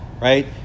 Right